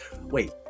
wait